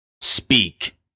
Speak